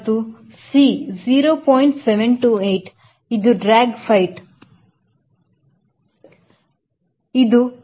728 ಇದು dog fight 0